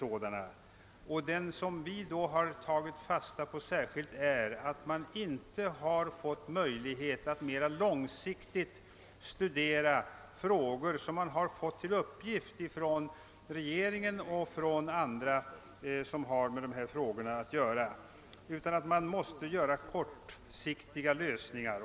Vi har särskilt tagit fasta på att verket inte fått möjlighet att mera långsiktigt studera frågor som framlagts av regeringen och andra och som har med dessa problem att göra. Verket har måst inskränka sig till kortsiktiga lösningar.